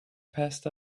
passed